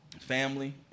family